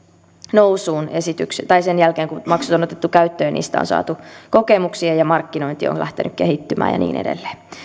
nousuun sen jälkeen kun maksut on otettu käyttöön niistä on saatu kokemuksia ja ja markkinointi on lähtenyt kehittymään ja niin edelleen